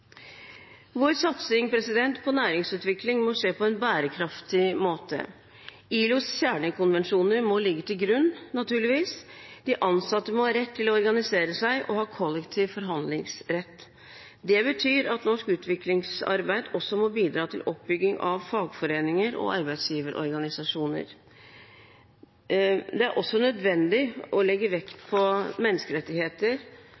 Vår satsing på næringsutvikling må skje på en bærekraftig måte. ILOs kjernekonvensjoner må ligge til grunn, naturligvis. De ansatte må ha rett til å organisere seg og ha kollektiv forhandlingsrett. Det betyr at norsk utviklingsarbeid må bidra til oppbygging av fagforeninger og arbeidsgiverorganisasjoner. Det er også nødvendig å legge